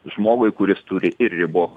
žmogui kuris turi ir ribot